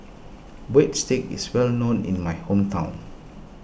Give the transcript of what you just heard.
Breadsticks is well known in my hometown